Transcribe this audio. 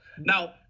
Now